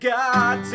God